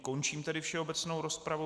Končím tedy všeobecnou rozpravu.